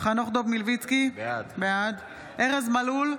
חנוך דב מלביצקי, בעד ארז מלול,